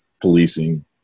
policing